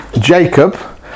Jacob